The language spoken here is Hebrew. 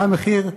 עלה מחיר,